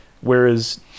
whereas